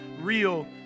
real